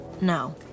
no